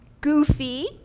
goofy